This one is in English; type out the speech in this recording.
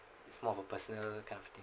it's more of a personal kind of thing